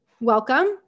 welcome